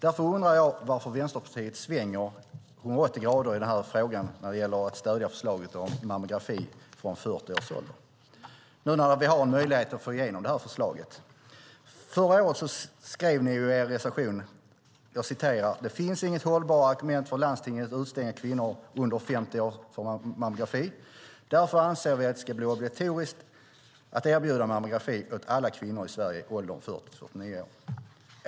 Därför undrar jag varför Vänsterpartiet svänger 180 grader när det gäller att stödja förslaget om mammografi från 40 års ålder. Nu har vi en möjlighet att få igenom detta förslag. Förra året skrev ni i er reservation: Det finns inget hållbart argument för landstingen att utestänga kvinnor under 50 år från mammografi. Därför anser vi att det ska bli obligatoriskt att erbjuda mammografi åt alla kvinnor i Sverige i åldern 40 till 49 år.